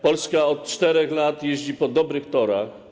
Polska od 4 lat jeździ po dobrych torach.